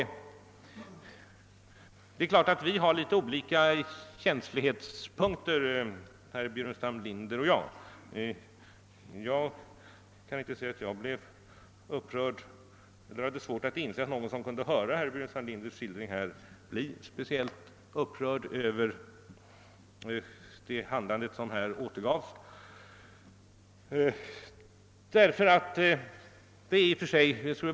Herr Burenstam Linder och jag har givetvis litet olika känslighetspunkter. För mig är det litet svårt att inse att någon som lyssnat till herr Burenstam Linders skildring skulle kunna bli speciellt upprörd över det handlande som återgavs.